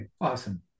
Awesome